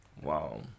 Wow